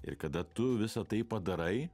ir kada tu visa tai padarai